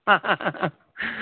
हाहाहा